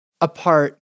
apart